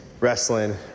Wrestling